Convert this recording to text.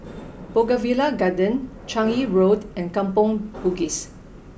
Bougainvillea Garden Changi Road and Kampong Bugis